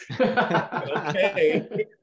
okay